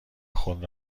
خود